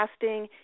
casting